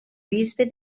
bisbe